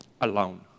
alone